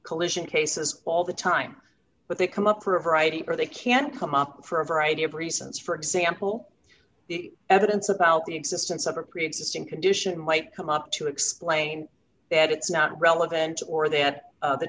collision cases all the time but they come up for a variety or they can come up for a variety of reasons for example the evidence about the existence of a preexisting condition might come up to explain that it's not relevant or that